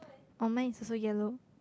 oh mine is also yellow